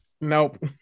nope